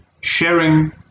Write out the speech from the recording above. sharing